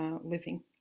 living